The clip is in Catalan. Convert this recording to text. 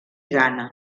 ghana